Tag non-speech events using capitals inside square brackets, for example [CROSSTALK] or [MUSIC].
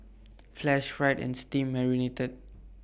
[NOISE] flash fried and steam marinated